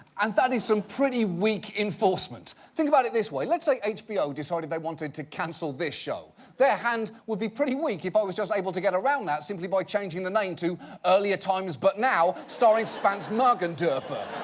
and that is some pretty weak enforcement. think about it this way, let's say hbo decided they wanted to cancel this show, their hand would be pretty weak if i was able to get around that simply by changing the name to earlier times but now starring spance morgendorffer.